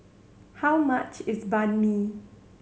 how much is Banh Mi